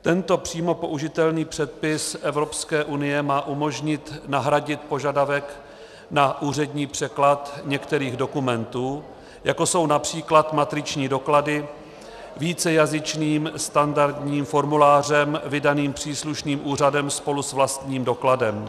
Tento přímo použitelný předpis Evropské unie má umožnit nahradit požadavek na úřední překlad některých dokumentů, jako jsou například matriční doklady, vícejazyčným standardním formulářem vydaným příslušným úřadem spolu s vlastním dokladem.